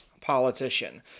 politician